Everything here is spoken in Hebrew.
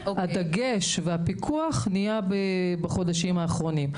אבל הדגש והפיקוח נהיה בחודשים האחרונים.